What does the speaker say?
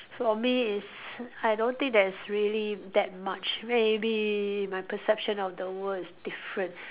for me is I don't think there is really that much maybe my perception of the world is different